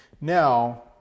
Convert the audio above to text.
Now